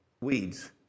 weeds